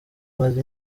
imaze